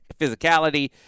physicality